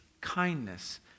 kindness